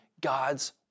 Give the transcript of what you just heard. God's